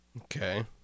Okay